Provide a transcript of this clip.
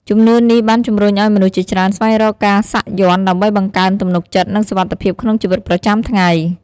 ជំនឿនេះបានជំរុញឱ្យមនុស្សជាច្រើនស្វែងរកការសាក់យ័ន្តដើម្បីបង្កើនទំនុកចិត្ត និងសុវត្ថិភាពក្នុងជីវិតប្រចាំថ្ងៃ។